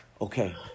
Okay